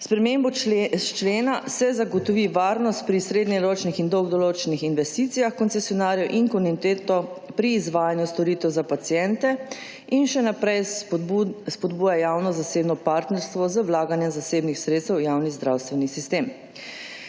spremembo člena se zagotovi varnost pri srednjeročnih in dolgoročnih investicijah koncesionarjev in kontinuiteto pri izvajanju storitev za paciente in še naprej spodbuja javno-zasebno partnerstvo z vlaganjem zasebnih sredstev v javni zdravstveni sistem.